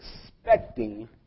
expecting